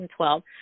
2012